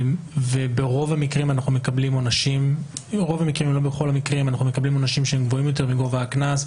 וברוב המקרים אנחנו מקבלים עונשים שהם גבוהים יותר מגובה הקנס,